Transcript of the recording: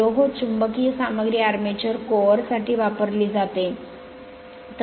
लोह चुंबकीय सामग्री आर्मेचर कोर साठी वापरली जाते